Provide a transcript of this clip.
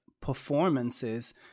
performances